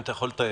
אתה יכול לתאר?